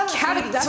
cavity